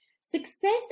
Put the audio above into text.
Success